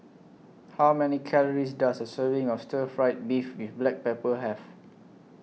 How Many Calories Does A Serving of Stir Fried Beef with Black Pepper Have